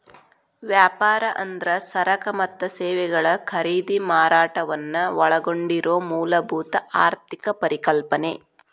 ವ್ಯಾಪಾರ ಅಂದ್ರ ಸರಕ ಮತ್ತ ಸೇವೆಗಳ ಖರೇದಿ ಮಾರಾಟವನ್ನ ಒಳಗೊಂಡಿರೊ ಮೂಲಭೂತ ಆರ್ಥಿಕ ಪರಿಕಲ್ಪನೆ